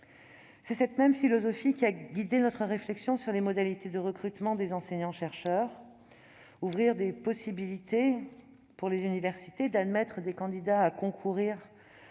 C'est cette même philosophie qui a guidé notre réflexion sur les modalités de recrutement des enseignants-chercheurs. Ouvrir la possibilité pour les universités d'admettre des candidats à concourir